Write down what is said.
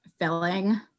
filling